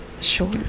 sure